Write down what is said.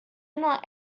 not